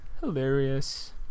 hilarious